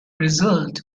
result